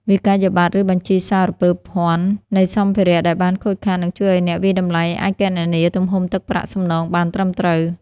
វិក្កយបត្រ ឬបញ្ជីសារពើភណ្ឌ នៃសម្ភារៈដែលបានខូចខាត នឹងជួយឱ្យអ្នកវាយតម្លៃអាចគណនាទំហំទឹកប្រាក់សំណងបានត្រឹមត្រូវ។